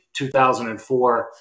2004